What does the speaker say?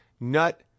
nut